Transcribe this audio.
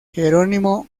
jerónimo